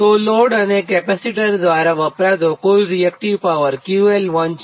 તો લોડ અને કેપેસિટર દ્વારા વપરાતો કુલ રીએક્ટીવ પાવર QL1 છે